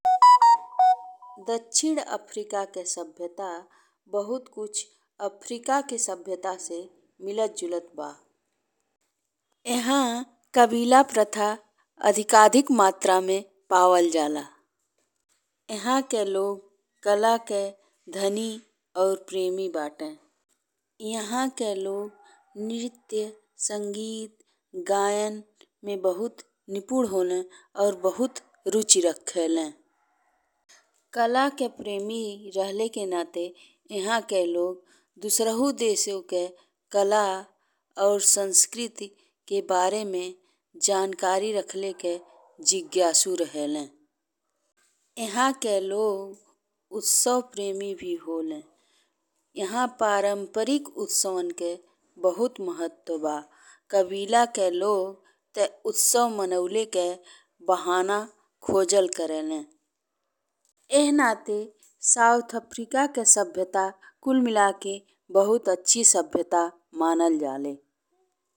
दक्षिण अफ्रिका के सभ्यता बहुत कुछ अफ्रिका के सभ्यता से मिलत-जुलत बा। एहां कबीला प्रथा अधिकांश मात्रा में पावल जाला। एहां के लोग कला के धनी और प्रेमी बाटे। एहां के लोग नृत्य, संगीत, गायन में बहुत निपुण होले और बहुत रुचि रखेले। कला के प्रेमी रहे के नाते एहां के लोग दोसरा हउ देशो के कला और संस्कृति के बारे में जानकारी रखे के जिज्ञासु रहेले। एहां के लोग उत्सव प्रेमी भी होले। एहां पारंपरिक उत्सवन के बहुत महत्व बा। कबीला के लोग ते उत्सव मनावे के बहाना खोजल करेले। इहि नाते साउथ अफ्रिका के सभ्यता कुल मिलाके बहुत अच्छी सभ्यता मानल जाले।